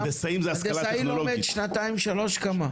הנדסאי לומד שנתיים, שלוש, כמה?